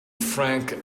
frank